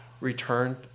returned